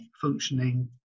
functioning